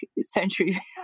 century